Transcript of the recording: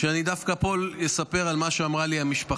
אני דווקא פה אספר על מה שאמרה לי המשפחה.